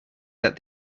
that